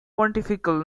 pontifical